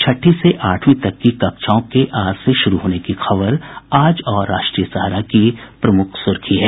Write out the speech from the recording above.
छठी से आठवीं तक की कक्षाओं के आज से शुरू होने की खबर आज और राष्ट्रीय सहारा की प्रमुख सुर्खी है